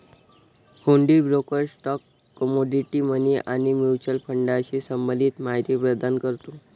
हुंडी broker stock, commodity, money आणि mutual फंडाशी संबंधित माहिती प्रदान करतो